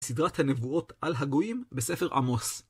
סדרת הנבואות על הגויים בספר עמוס